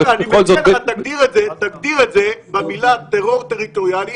אני מציע לך שתגדיר את זה במילים טרור טריטוריאלי,